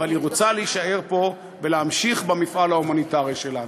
אבל היא רוצה להישאר פה ולהמשיך במפעל ההומניטרי שלה.